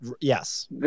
yes